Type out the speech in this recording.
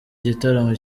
gitaramo